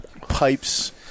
pipes